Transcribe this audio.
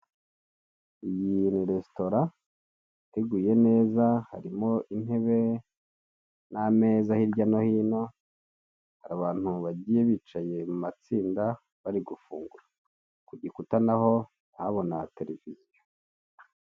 Iyi ni resitora iteguye neza harimo intebe n'ameza, hirya no hino Hari abantu bagiye bicaye mu matsinda bari gufungura. Ku gikuta naho ndahabona televiziyo.